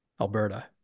Alberta